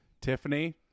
Tiffany